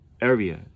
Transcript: area